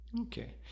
Okay